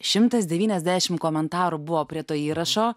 šimtas devyniasdešim komentarų buvo prie to įrašo